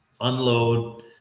unload